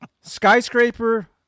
skyscraper